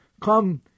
Come